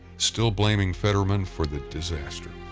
still blaming fetterman for the disaster.